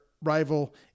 rival